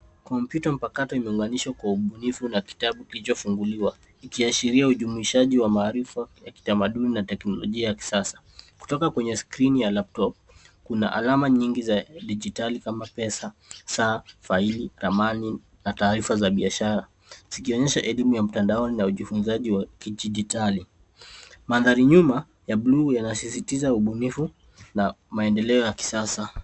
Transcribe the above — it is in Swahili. Kompyuta mpakato imeunganishwa kwa ubinifu na kitabu kilichofunguliwa ikiashiria ujumuishaji wa maarifa ya kitamaduni na teknolojia ya kisasa. Kutoka kwenye skrini ya laptop kuna alama nyingi za digitari kama saa, pesa , faili , ramani na taarifa za biashara, zikionyesha elimu ya mtandaoni na ujifunzaji wa kidigitari. Mandhari nyuma ya buluu yanasisitiza ubunifu na maendeleo ya kisasa.